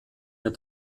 der